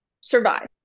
survive